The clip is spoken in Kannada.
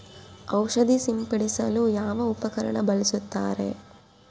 ಔಷಧಿ ಸಿಂಪಡಿಸಲು ಯಾವ ಉಪಕರಣ ಬಳಸುತ್ತಾರೆ?